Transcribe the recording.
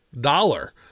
dollar